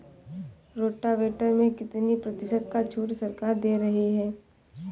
Rotavator में कितनी प्रतिशत का छूट सरकार दे रही है?